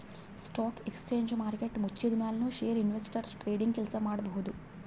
stock exchange market ಮುಚ್ಚಿದ್ಮ್ಯಾಲ್ ನು share investors trading ಕೆಲ್ಸ ಮಾಡಬಹುದ್